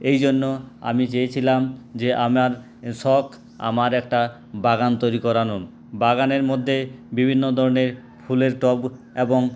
এই জন্য আমি চেয়েছিলাম যে আমার শখ আমার একটা বাগান তৈরি করানোর বাগানের মধ্যে বিভিন্ন ধরনের ফুলের টব এবং